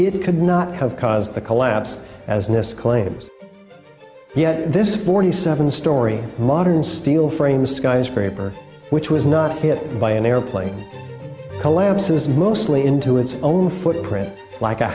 it could not have caused the collapse as nist claims yet this forty seven story modern steel frame skyscraper which was not hit by an airplane collapses mostly into its own footprint like a